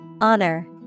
Honor